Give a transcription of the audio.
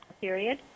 period